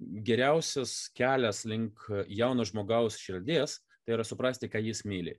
geriausias kelias link jauno žmogaus širdies tai yra suprasti ką jis myli